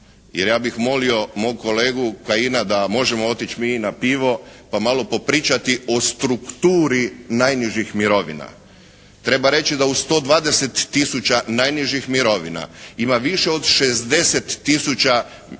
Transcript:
Jer ja bih molio mog kolegu Kajina da možemo otići mi i na pivo pa malo popričati o strukturi najnižih mirovina. Treba reći da uz 120 tisuća najnižih mirovina ima više od 60 tisuća